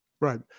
Right